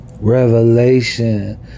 revelation